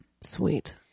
Sweet